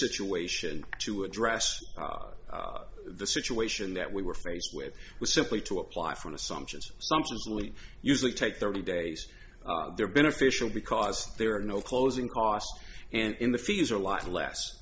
situation to address the situation that we were faced with was simply to apply for an assumptions sumptuously usually take thirty days they're beneficial because there are no closing costs and in the fees are a lot less